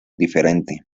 diferente